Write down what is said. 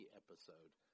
episode